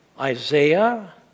Isaiah